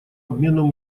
обмену